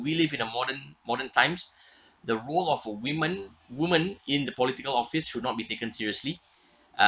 we live in a modern modern times the rule of a women woman in the political office should not be taken seriously uh